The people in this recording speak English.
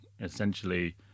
essentially